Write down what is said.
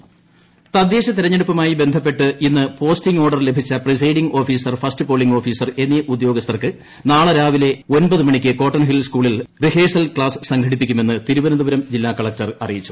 rehearsal class തദ്ദേശ തെരഞ്ഞെടുപ്പുമായി ബന്ധപ്പെട്ട് ഇന്ന് പോസ്റ്റിംഗ് ഓർഡർ ലഭിച്ച presiding officer first polling officer എന്നീ ഉദ്യോഗസ്ഥർക്ക് നാളെ രാവിലെ ഒൻപതു മണിക്ക് കോട്ടൺ ഹിൽ സ്കൂളിൽ റിഹേഴ്സൽ ക്ലാസ് സംഘട്ടിപ്പിക്കു്മെന്ന് തിരുവനന്തപുരം ജില്ലാ കളക്ടർ അറിയിച്ചു